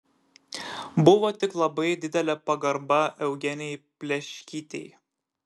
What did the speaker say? buvo tik labai didelė pagarba eugenijai pleškytei